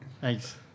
thanks